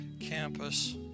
campus